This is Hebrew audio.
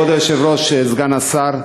כבוד היושב-ראש, סגן השר,